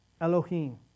elohim